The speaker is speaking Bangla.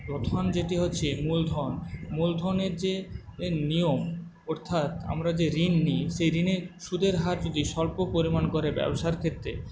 প্রধান যেটি হচ্ছে মূলধন মূলধনের যে নিয়ম অর্থাৎ আমরা যে ঋণ নিই সেই ঋণের সুদের হার যদি স্বল্প পরিমাণ করে ব্যবসার ক্ষেত্রে